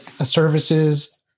services